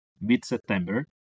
mid-September